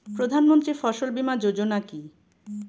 প্রধানমন্ত্রী ফসল বীমা যোজনা কি?